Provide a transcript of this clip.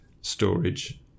storage